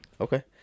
Okay